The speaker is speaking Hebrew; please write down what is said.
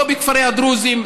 לא בכפרי הדרוזים,